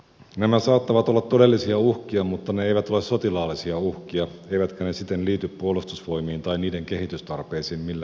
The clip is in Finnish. nämä saattavat olla todellisia uhkia mutta ne eivät ole sotilaallisia uhkia eivätkä ne siten liity puolustusvoimiin tai sen kehitystarpeisiin millään tavalla